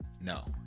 no